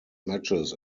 matches